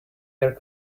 air